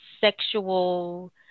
sexual